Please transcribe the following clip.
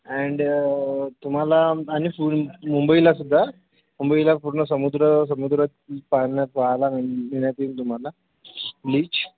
and तुम्हाला आणि पुन मुंबईलासुद्धा मुंबईला पूर्ण समुद्र समुद्र पाहण्यात पाहायला नेण्यात येईल तुम्हाला बीच